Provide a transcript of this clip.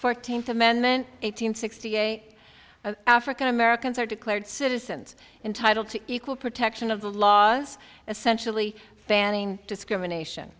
fourteenth amendment eight hundred sixty eight african americans are declared citizens entitled to equal protection of the law was essentially banning discrimination